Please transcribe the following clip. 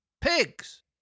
pigs